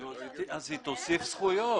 אז היא תוסיף זכויות.